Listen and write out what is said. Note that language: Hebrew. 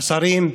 לשרים,